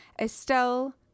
Estelle